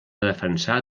defensar